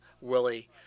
Willie